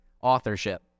authorship